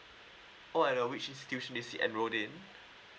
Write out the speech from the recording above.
oh at uh which institution did he enrolled in